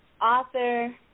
author